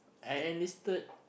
I enlisted